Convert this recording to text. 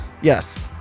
Yes